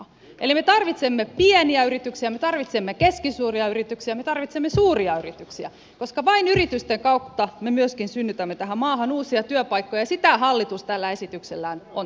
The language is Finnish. me tarvitsemme pieniä yrityksiä me tarvitsemme keskisuuria yrityksiä me tarvitsemme suuria yrityksiä koska vain yritysten kautta me myöskin synnytämme tähän maahan uusia työpaikkoja ja sitä hallitus tällä esityksellään on tekemässä